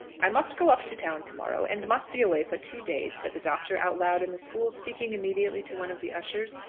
i must go up to town to-morrow, and must be away for two days, said the doctor out loud in the school, speaking immediately to one of the ushers,